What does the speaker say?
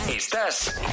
Estás